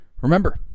Remember